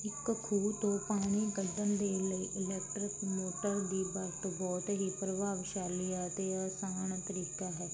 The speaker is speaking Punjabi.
ਇੱਕ ਖੂਹ ਤੋਂ ਪਾਣੀ ਕੱਢਣ ਦੇ ਲਈ ਇਲੈਕਟਰਿਕ ਮੋਟਰ ਦੀ ਵਰਤੋਂ ਬਹੁਤ ਹੀ ਪ੍ਰਭਾਵਸ਼ਾਲੀ ਆ ਅਤੇ ਆਸਾਨ ਤਰੀਕਾ ਹੈ